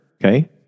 Okay